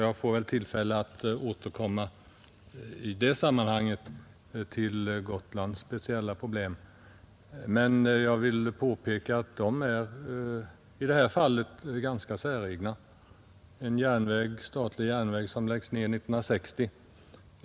Jag får väl tillfälle att återkomma till Gotlands speciella problem när jag får svar på den interpellationen, men jag vill här peka på någonting ganska säreget: En statlig järnväg läggs ned 1960.